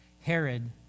Herod